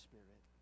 Spirit